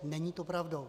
Není to pravdou.